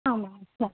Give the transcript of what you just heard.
ಹಾಂ ಮ್ಯಾಮ್ ಸ